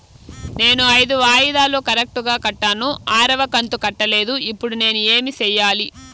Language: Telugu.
నేను ఐదు వాయిదాలు కరెక్టు గా కట్టాను, ఆరవ కంతు కట్టలేదు, ఇప్పుడు నేను ఏమి సెయ్యాలి?